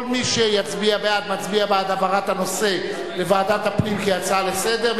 כל מי שיצביע בעד יצביע בעד העברת הנושא לוועדת הפנים כהצעה לסדר-היום,